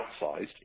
outsized